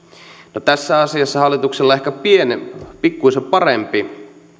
no tässä asiassa hallituksella on ehkä pikkuisen parempi